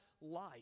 life